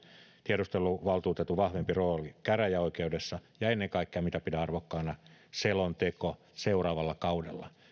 tiedusteluvaltuutetun vahvempi rooli käräjäoikeudessa ja ennen kaikkea mitä pidän arvokkaana selonteko seuraavalla kaudella